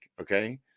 okay